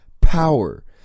power